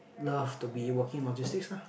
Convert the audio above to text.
love to be working logistics lah